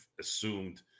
assumed